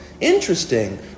interesting